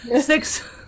six